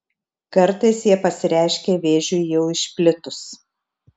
kartais jie pasireiškia vėžiui jau išplitus